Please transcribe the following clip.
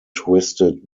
twisted